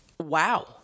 Wow